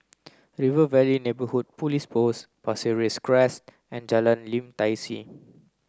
River Valley Neighbourhood Police Post Pasir Ris Crest and Jalan Lim Tai See